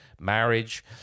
marriage